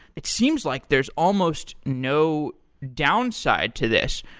it seems like there is almost no downside to this.